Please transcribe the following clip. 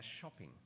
shopping